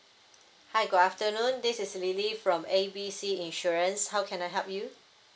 hi good afternoon this is lily from A B C insurance how can I help you